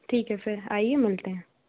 ठीक है फिर आइए मिलते हैं